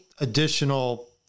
additional